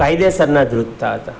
કાયદેસરના ધ્રૂજતા હતા